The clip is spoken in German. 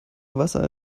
wasser